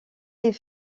est